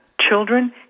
children